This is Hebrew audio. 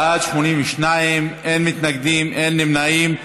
בעד, 82, אין מתנגדים ואין נמנעים.